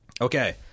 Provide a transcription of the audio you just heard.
Okay